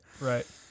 right